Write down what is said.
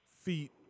feet